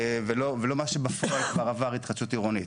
ולא מה שכבר עבר בפועל התחדשות עירונית.